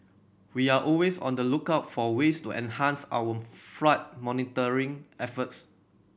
we are always on the lookout for ways to enhance our flood monitoring efforts